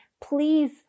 please